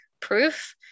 proof